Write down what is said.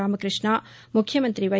రామకృష్ణ ముఖ్యమంతి వై